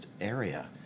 area